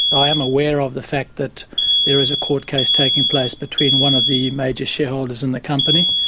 i am aware of the fact that there is a court case taking place between one of the major shareholders in the company.